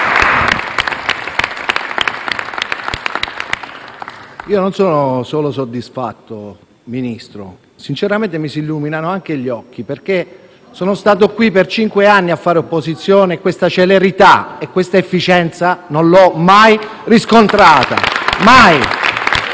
che non sono solo soddisfatto, sinceramente mi si illuminano anche gli occhi. Sono stato qui per cinque anni a fare opposizione e questa celerità e questa efficienza non l'ho mai riscontrata.